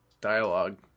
dialogue